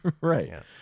Right